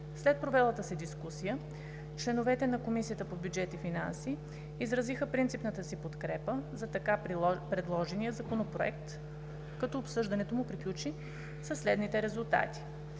След провелата се дискусия, членовете на Комисията по бюджет и финанси изразиха принципната си подкрепа за така предложения законопроект, като обсъждането му приключи със следните резултати: